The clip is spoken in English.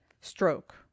stroke